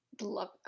love